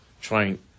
trying